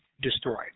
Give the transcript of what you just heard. destroyed